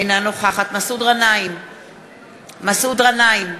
אינה נוכחת מסעוד גנאים,